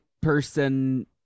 person